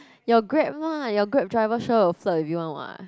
you Grab lah your Grab driver sure will flirt with you one what